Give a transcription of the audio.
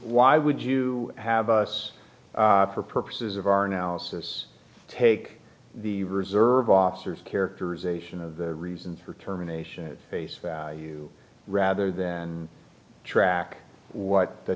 why would you have us for purposes of our analysis take the reserve officers characterization of the reason for terminations face value rather than track what th